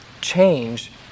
change